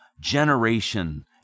generation